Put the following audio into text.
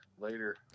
later